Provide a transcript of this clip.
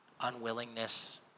unwillingness